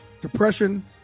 depression